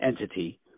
entity